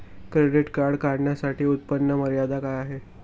Credit card काढण्यासाठी उत्पन्न मर्यादा काय आहे?